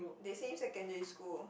they same secondary school